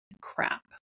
crap